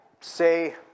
say